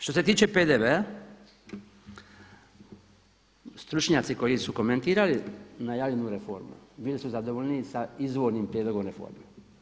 Što se tiče PDV-a stručnjaci koji su komentirali najavljenu reformu, bili su zadovoljni sa izvornim prijedlogom reforme.